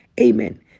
Amen